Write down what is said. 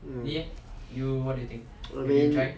I mean